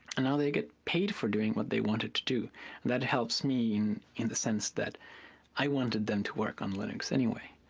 and now they get paid for doing what they wanted to do. and that helps me in in the sense that i wanted them to work on linux anyway.